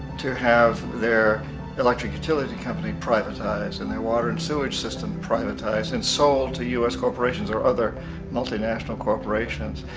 to have their electric utility company privatized and their water and sewage system privatized and sold to us corporations or other multinational corporations.